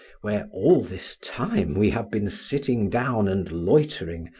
where all this time we have been sitting down and loitering,